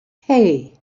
hey